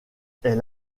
elle